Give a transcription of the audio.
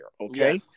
Okay